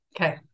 Okay